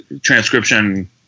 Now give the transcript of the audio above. transcription